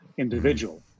Individual